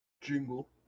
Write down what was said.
Jingle